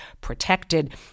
protected